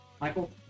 Michael